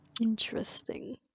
Interesting